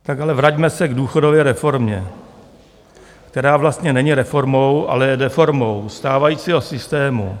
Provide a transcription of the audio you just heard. Tak ale vraťme se k důchodové reformě, která vlastně není reformou, ale je deformou stávajícího systému.